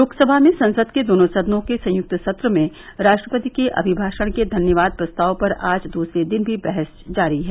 लोकसभा में संसद के दोनों सदनों के संयुक्त सत्र में राष्ट्रपति के अभिभाषण के धन्यवाद प्रस्ताव पर आज दूसरे दिन भी बहस जारी है